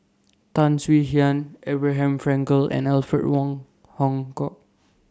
Tan Swie Hian Abraham Frankel and Alfred Wong Hong Kwok